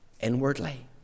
inwardly